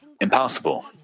impossible